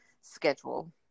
schedule